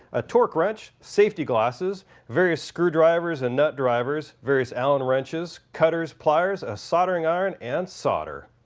a torque wrench, safety glasses, various screw drivers and nut drivers. various allen wrenches, cutters, pliers, a soldering iron and solder.